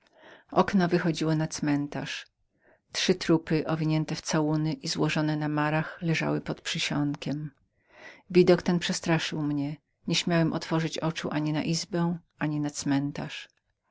moje wychodziło na cmentarz trzy trupy owinięte w całuny i złożone na noszach leżały pod przysionkiem widok ten przestraszył mnie nieśmiałem otworzyć oczu ani na izbę ani na cmentarz